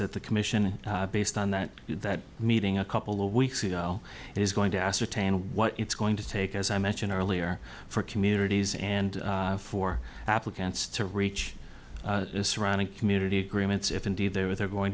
that the commission based on that that meeting a couple of weeks ago is going to ascertain what it's going to take as i mentioned earlier for communities and for applicants to reach surrounding community agreements if indeed they're going